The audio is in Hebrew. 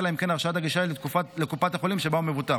אלא אם כן הרשאת הגישה היא לקופת החולים שבה הוא מבוטח.